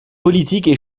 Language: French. politiques